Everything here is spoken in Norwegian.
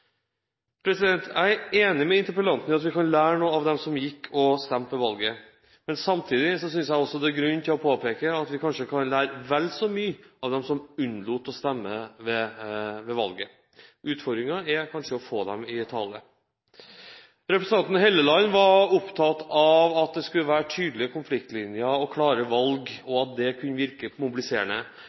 at vi kan lære noe av dem som gikk og stemte ved valget. Samtidig synes jeg det er grunn til å påpeke at vi kanskje kan lære vel så mye av dem som unnlot å stemme ved valget. Utfordringen er kanskje å få dem i tale. Representanten Helleland var opptatt av at det skulle være tydelige konfliktlinjer og klare valg, og at det kunne virke mobiliserende.